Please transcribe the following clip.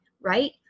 right